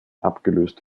abgelöst